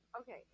Okay